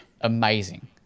amazing